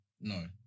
No